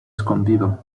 escondido